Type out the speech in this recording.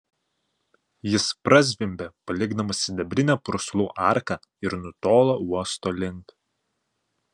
jis prazvimbė palikdamas sidabrinę purslų arką ir nutolo uosto link